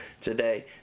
today